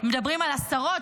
מדברים על עשרות,